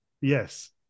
Yes